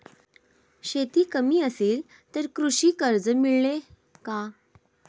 शेती कमी असेल तर कृषी कर्ज मिळेल का?